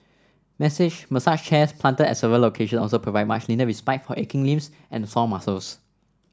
message massage chairs planted at several location also provide much needed respite for aching limbs and sore muscles